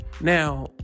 Now